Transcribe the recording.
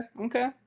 okay